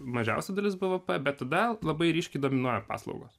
mažiausia dalis bvp bet tada labai ryškiai dominuoja paslaugos